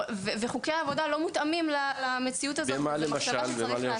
אבל חוקי העבודה לא מותאמים למציאות הזאת וזו מחשבה שצריך לעשות.